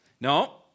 No